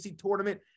tournament